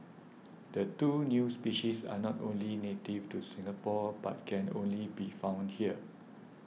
the two new species are not only native to Singapore but can only be found here